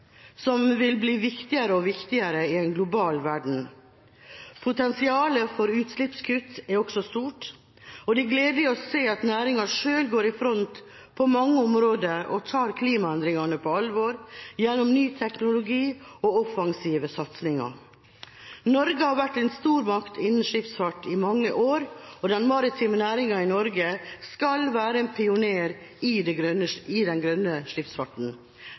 som vil bli viktigere og viktigere i en globalisert verden. Potensialet for utslippskutt er også stort. Det er gledelig å se at næringen selv går i front på mange områder og tar klimaendringene på alvor gjennom ny teknologi og offensive satsinger. Norge har vært en stormakt innen skipsfart i mange år, og den maritime næringen i Norge skal være en pioner i